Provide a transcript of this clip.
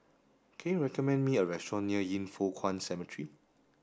can you recommend me a restaurant near Yin Foh Kuan Cemetery